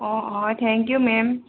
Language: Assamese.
অঁ অঁ থ্যেংক ইউ মে'ম